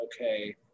okay